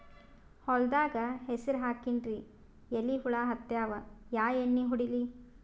ಹೊಲದಾಗ ಹೆಸರ ಹಾಕಿನ್ರಿ, ಎಲಿ ಹುಳ ಹತ್ಯಾವ, ಯಾ ಎಣ್ಣೀ ಹೊಡಿಲಿ?